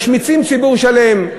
משמיצים ציבור שלם,